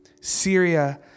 Syria